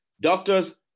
doctors